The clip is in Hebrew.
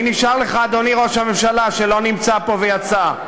מי נשאר לך, אדוני ראש הממשלה שלא נמצא פה ויצא?